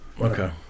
Okay